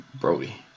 Brody